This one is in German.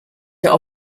der